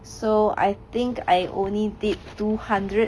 so I think I only did two hundred